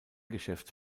geschäft